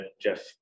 Jeff